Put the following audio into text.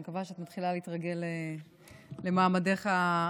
אני מקווה שאת מתחילה להתרגל למעמדך החדש,